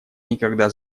никогда